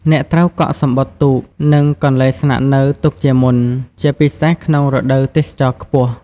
អ្នកត្រូវកក់សំបុត្រទូក និងកន្លែងស្នាក់នៅទុកជាមុន ជាពិសេសក្នុងរដូវទេសចរណ៍ខ្ពស់។